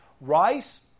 Rice